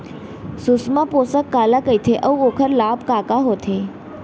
सुषमा पोसक काला कइथे अऊ ओखर लाभ का का होथे?